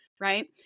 Right